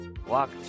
Walk